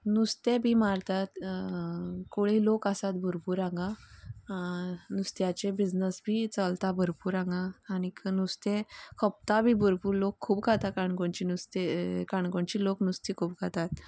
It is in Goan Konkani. नुस्तें बी मारतात कोळी लोक आसात भरपूर हांगा नुस्त्याचे बिजनस बी चलता भरपूर हांगा आनीक नुस्तें खपता बी भरपूर लोक खूब खाता काणकोणचें नुस्तें काणकोणचे लोक नुस्तें खूब खातात